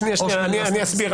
שנייה, אסביר.